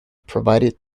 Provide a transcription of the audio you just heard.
provided